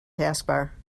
taskbar